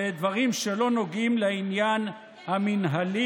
ודברים שלא נוגעים לעניין המינהלי